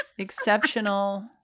Exceptional